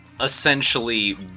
Essentially